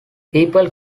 people